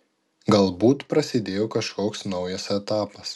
galbūt prasidėjo kažkoks naujas etapas